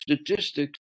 statistics